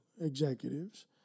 executives